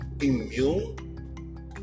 immune